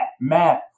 Matt